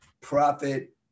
profit